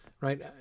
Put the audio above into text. right